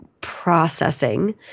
processing